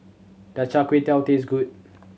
does Char Kway Teow taste good